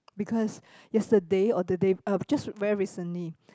because yesterday or the day uh just very recently